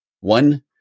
One